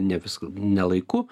ne viskas nelaiku